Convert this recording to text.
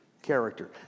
character